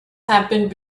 happened